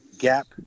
gap